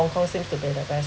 hong kong seems to be the best